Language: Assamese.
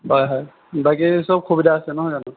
হয় হয় বাকী সব সুবিধা আছে নহয় জানো